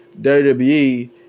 WWE